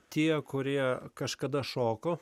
tie kurie kažkada šoko